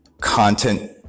content